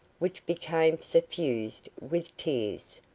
which became suffused with tears,